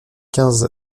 quinze